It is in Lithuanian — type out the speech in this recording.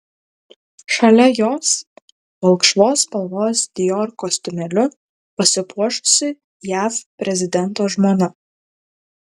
šalia jos balkšvos spalvos dior kostiumėliu pasipuošusi jav prezidento žmona